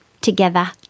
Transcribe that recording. together